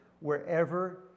wherever